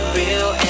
real